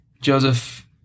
Joseph